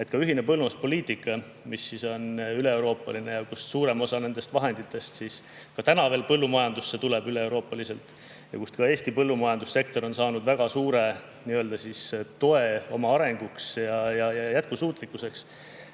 Ka ühine põllumajanduspoliitika, mis on üleeuroopaline ja kus suurem osa nendest vahenditest ka täna veel põllumajandusse tuleb üleeuroopaliselt, kust ka Eesti põllumajandussektor on saanud väga suure toe oma arenguks ja jätkusuutlikkuseks,